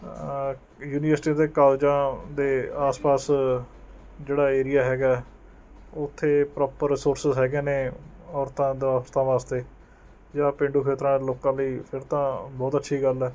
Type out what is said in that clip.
university ਅਤੇ ਕਾਲਜਾਂ ਦੇ ਆਸ ਪਾਸ ਜਿਹੜਾ ਏਰੀਆ ਹੈਗਾ ਉਥੇ ਪ੍ਰੋਪਰ ਰਿਸੋਰਸ ਹੈਗੇ ਨੇ ਔਰਤਾਂ ਵਾਸਤੇ ਜਾਂ ਪੇਡੂ ਖੇਤਰਾਂ ਲੋਕਾਂ ਲਈ ਫਿਰ ਤਾਂ ਬਹੁਤ ਅੱਛੀ ਗੱਲ ਹੈ